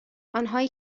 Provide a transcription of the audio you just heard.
آنهایی